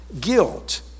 guilt